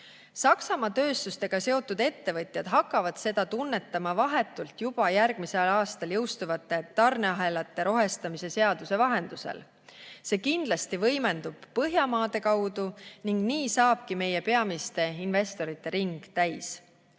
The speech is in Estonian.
Saksamaa tööstustega seotud ettevõtjad hakkavad seda tunnetama vahetult juba järgmisel aastal jõustuvate tarneahelate rohestamise seaduse vahendusel. See kindlasti võimendub Põhjamaade kaudu ning nii saabki meie peamiste investorite ring täis.